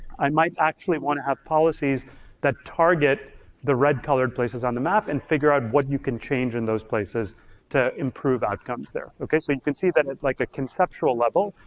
i might actually wanna have policies that target the red-colored places on the map and figure out what you can change in those places to improve outcomes there, okay? so you can see that at like a conceptual level,